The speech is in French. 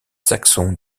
saxons